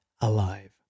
alive